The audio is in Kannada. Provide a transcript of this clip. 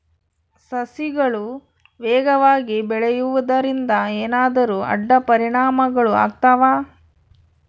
ಸಸಿಗಳು ವೇಗವಾಗಿ ಬೆಳೆಯುವದರಿಂದ ಏನಾದರೂ ಅಡ್ಡ ಪರಿಣಾಮಗಳು ಆಗ್ತವಾ?